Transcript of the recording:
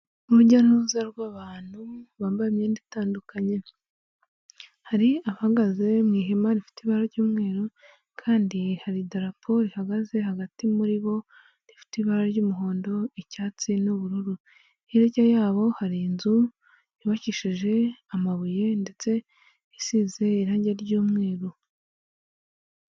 Urujya n'uruza rw'abantu bambaye imyenda itandukanye, hari ahagaze mu ihema rifite ibara ry'umweru kandi hari idarapo rihagaze hagati muri bo rifite ibara ry'umuhondo, icyatsi n'ubururu. Hirya yabo hari inzu yubakishije amabuye ndetse isize irangi ry'umweru.